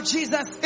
Jesus